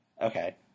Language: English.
Okay